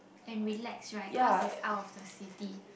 and relax right cause it is out of the city